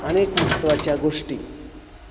अनेक महत्त्वाच्या गोष्टी त्यांनी